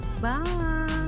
Bye